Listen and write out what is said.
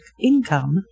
income